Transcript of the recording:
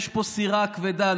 יש פה סירה כבדה,